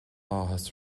áthas